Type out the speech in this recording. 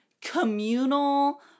communal